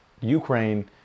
Ukraine